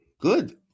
Good